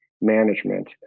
Management